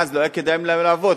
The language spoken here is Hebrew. ואז לא היה כדאי להן לעבוד,